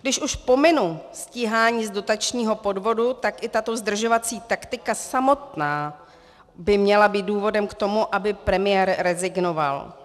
Když už pominu stíhání z dotačního podvodu, tak i tato zdržovací taktika samotná by měla být důvodem k tomu, aby premiér rezignoval.